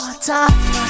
time